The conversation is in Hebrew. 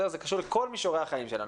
זה קשור לכל מישורי החיים שלנו.